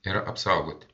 ir apsaugoti